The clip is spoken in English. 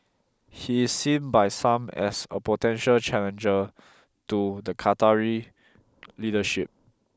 he is seen by some as a potential challenger to the Qatari leadership